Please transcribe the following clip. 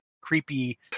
creepy